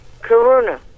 Karuna